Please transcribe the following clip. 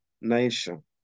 nation